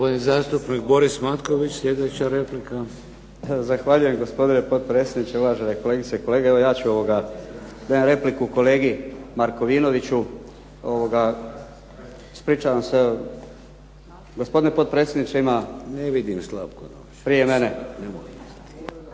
replika. **Matković, Borislav (HDZ)** Zahvaljujem, gospodine potpredsjedniče. Uvažene kolegice i kolege. Evo ja dajem repliku kolegi Markovinoviću. Ispričavam se, gospodine potpredsjedniče ima prije mene.